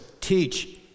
teach